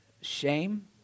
shame